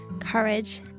courage